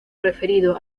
referido